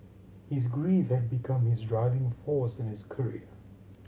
his grief had become his driving force in his career